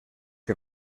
que